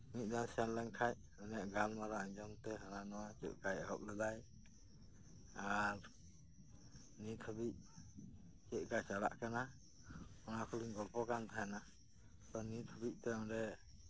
ᱢᱤᱫ ᱫᱷᱟᱣ ᱥᱮᱱ ᱞᱮᱱ ᱠᱷᱟᱡ ᱩᱱᱤᱭᱟᱜ ᱜᱟᱞᱢᱟᱨᱟᱣ ᱟᱸᱡᱚᱢ ᱛᱮ ᱦᱟᱱᱟ ᱱᱟᱣᱟ ᱪᱮᱜ ᱠᱟᱭ ᱮᱦᱚᱵ ᱞᱮᱫᱟᱭ ᱟᱨ ᱱᱤᱛ ᱦᱟᱵᱤᱡ ᱪᱮᱜ ᱠᱟ ᱪᱟᱞᱟᱜ ᱠᱟᱱᱟ ᱚᱱᱟ ᱠᱚᱞᱤᱝ ᱜᱚᱞᱯᱚ ᱠᱟᱱ ᱛᱟᱦᱮᱸᱱᱟ ᱛᱚ ᱱᱤᱛ ᱦᱟᱵᱤᱡ ᱛᱮ ᱚᱸᱰᱮ